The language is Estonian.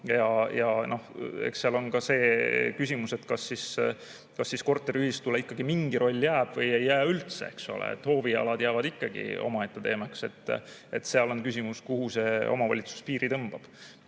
Eks seal on ka see küsimus, kas korteriühistule ikkagi mingi roll jääb või ei jää üldse, eks ole. Hoovialad jäävad ikkagi omaette teemaks. Seal on küsimus, kuhu omavalitsus piiri tõmbab.